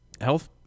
health